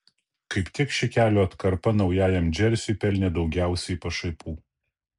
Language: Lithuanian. kaip tik ši kelio atkarpa naujajam džersiui pelnė daugiausiai pašaipų